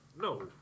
No